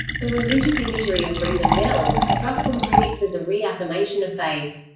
the religious imagery of ring them bells struck some critics as a re-affirmation of faith.